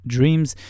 Dreams